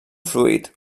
fluid